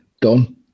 done